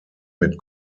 mit